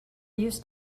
used